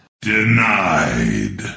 Denied